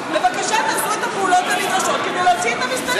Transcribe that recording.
בבקשה תעשו את הפעולות הנדרשות כדי להוציא את המסתננים.